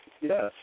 Yes